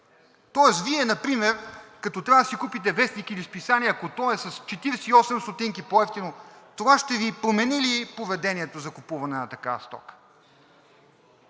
Тоест Вие например, ако трябва да си купите вестник или списание и ако то е с 48 ст. по-евтино, това ще Ви промени ли поведението за купуване на такава стока?